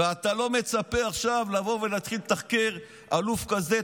ואתה לא מצפה עכשיו לבוא ולהתחיל לתחקר אלוף כזה,